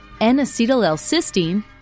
N-acetyl-L-cysteine